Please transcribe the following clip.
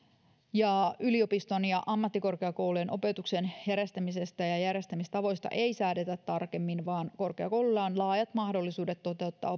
yliopiston ja ammattikorkeakoulujen opetuksen järjestämisestä ja ja järjestämistavoista ei säädetä tarkemmin vaan korkeakouluilla on laajat mahdollisuudet toteuttaa